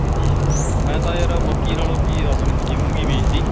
ਅੱਛਾ ਮੈਂ ਤਾਂ ਯਾਰ ਮੱਕੀ ਨਾਲੋਂ ਕੀ ਆਪਣੀ ਦੂਜੀ ਮੂੰਗੀ ਬੀਜਤੀ